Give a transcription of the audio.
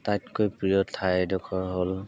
আটাইতকৈ প্ৰিয় ঠাইডোখৰ হ'ল